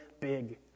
big